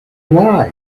why